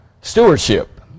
stewardship